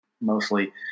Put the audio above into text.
mostly